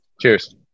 Cheers